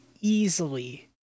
easily